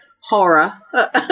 horror